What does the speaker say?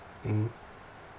mmhmm